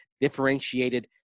differentiated